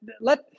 let